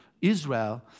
Israel